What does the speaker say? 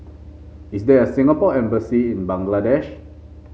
is there a Singapore Embassy in Bangladesh